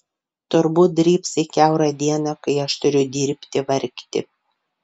turbūt drybsai kiaurą dieną kai aš turiu dirbti vargti